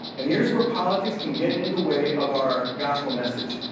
and here's where politics can get in the way of our gospel message.